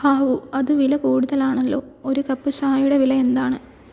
ഹാവൂ അത് വില കൂടുതലാണല്ലോ ഒരു കപ്പ് ചായയുടെ വില എന്താണ്